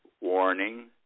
Warning